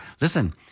listen